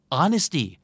honesty